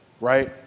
Right